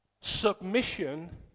Submission